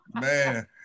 Man